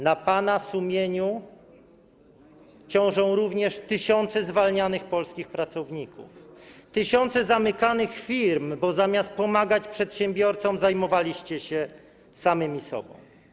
Na pana sumieniu ciążą również tysiące zwalnianych polskich pracowników, tysiące zamykanych firm, bo zamiast pomagać przedsiębiorcom, zajmowaliście się sami sobą.